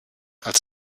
als